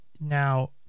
now